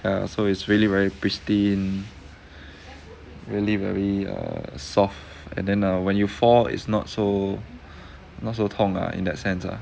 ya so it's really very pristine really very err soft and then err when you fall is not so not so 痛 ah in that sense lah